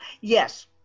Yes